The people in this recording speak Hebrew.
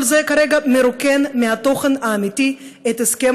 כל זה כרגע מרוקן מתוכן אמיתי את הסכם